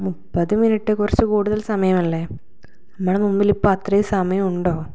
മുപ്പത് മിനിറ്റ് കുറച്ച് കൂടുതൽ സമയമല്ലേ നമ്മുടെ മുമ്പിലിപ്പോൾ അത്രയും സമയം ഉണ്ടോ